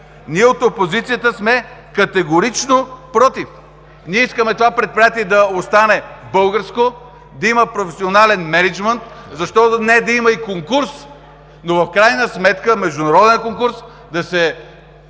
Ние от опозицията сме категорично против. Ние искаме това предприятие да остане българско, да има професионален мениджмънт, а защо не да има и международен конкурс, за да се